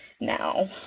now